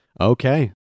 Okay